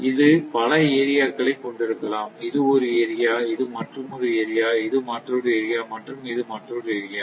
இது பல ஏரியா க்களை கொண்டிருக்கலாம் இது ஒரு ஏரியா இது மற்றொரு ஏரியா இது மற்றொரு ஏரியா மற்றும் இது மற்றொரு ஏரியா